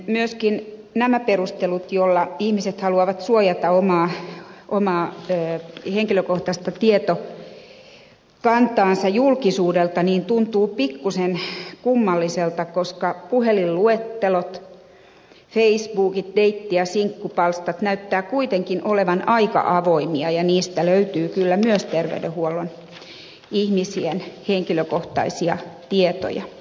myöskin nämä perustelut että ihmiset haluavat suojata omaa henkilökohtaista tietokantaansa julkisuudelta tuntuvat pikkuisen kummallisilta koska puhelinluettelot facebookit deitti ja sinkkupalstat näyttävät kuitenkin olevan aika avoimia ja niistä löytyy kyllä myös terveydenhuollon ihmisten henkilökohtaisia tietoja